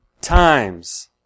times